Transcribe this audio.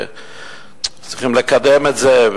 וצריכים לקדם את זה,